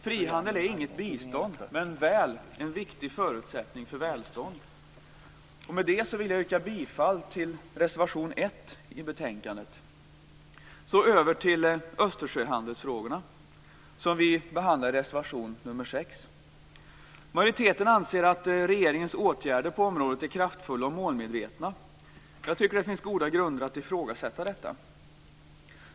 Frihandel är inget bistånd men väl en viktig förutsättning för välstånd. Med detta yrkar jag bifall till reservation 1 i betänkandet. Jag går nu över till Östersjöhandelsfrågorna, som vi behandlar i reservation 6. Majoriteten anser att regeringens åtgärder på området är kraftfulla och målmedvetna. Jag tycker att det finns goda grunder att ifrågasätta detta.